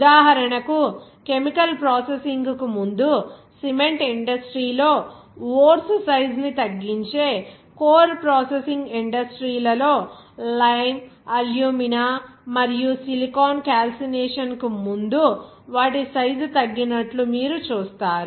ఉదాహరణకు కెమికల్ ప్రాసెసింగ్కు ముందు మరియు సిమెంట్ ఇండస్ట్రీ లో ఓర్స్ సైజ్ ని తగ్గించే కోర్ ప్రాసెసింగ్ ఇండస్ట్రీ లలో లైమ్ అల్యూమినా మరియు సిలికా క్యాల్సినేషన్ కు ముందు వాటి సైజ్ తగ్గినట్లు మీరు చూస్తారు